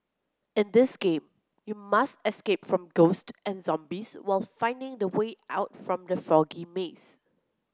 in this game you must escape from ghost and zombies while finding the way out from the foggy maze